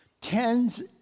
Tens